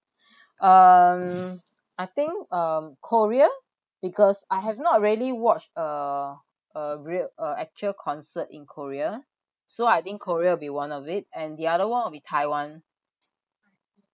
um I think um korea because I have not really watched uh a real uh actual concert in korea so I think korea be one of it and the other one will be taiwan